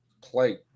play